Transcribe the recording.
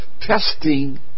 testing